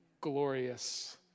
glorious